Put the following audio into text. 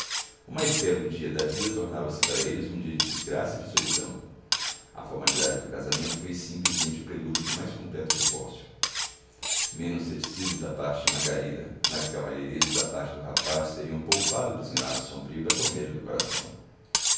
o mais belo dia da vida tornava-se para eles um dia de desgraça e de solidão a formalidade do casamento foi simplesmente o prelúdio do mais completo divórcio menos ceticismo da parte de margarida mais cavalheirismo da parte do rapaz teriam poupado o desenlace sombrio da comédia do coração